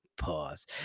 Pause